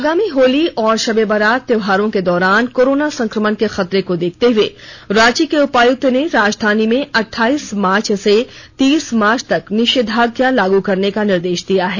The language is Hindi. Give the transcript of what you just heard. आगामी होली और शब ए बरात त्योहारों के दौरान कोरोना संक्रमण के खतरे को देखते हुए रांची के उपायुक्त ने राजधानी में अठाईस मार्च से तीस मार्च तक निषेधाज्ञा लागू करने का निर्देश दिया है